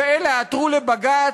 ואלה עתרו לבג"ץ,